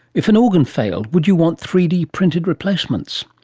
if an organ failed, would you want three d printed replacements?